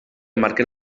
marquen